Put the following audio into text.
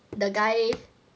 the guy